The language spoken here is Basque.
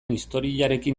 historiarekin